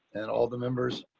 and all the members.